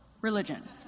religion